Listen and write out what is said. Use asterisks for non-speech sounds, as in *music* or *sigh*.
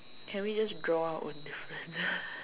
can we just draw our own different *laughs*